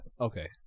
Okay